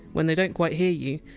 when they didn't quite hear you.